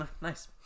nice